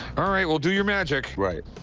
all right, well, do your magic. right.